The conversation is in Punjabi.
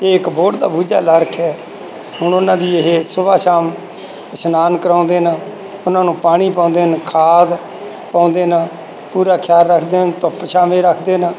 ਇਹ ਇੱਕ ਬੋਹੜ ਦਾ ਬੂਝਾ ਲਾ ਰੱਖਿਆ ਹੁਣ ਉਹਨਾਂ ਦੀ ਇਹ ਸੁਬਹ ਸ਼ਾਮ ਇਸ਼ਨਾਨ ਕਰਵਾਉਂਦੇ ਨੇ ਉਹਨਾਂ ਨੂੰ ਪਾਣੀ ਪਾਉਂਦੇ ਨੇ ਖਾਦ ਪਾਉਂਦੇ ਨਾ ਪੂਰਾ ਖਿਆਲ ਰੱਖਦੇ ਹਨ ਧੁੱਪ ਛਾਵੇਂ ਰੱਖਦੇ ਨਾ